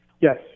yes